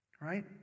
right